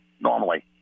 normally